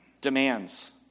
demands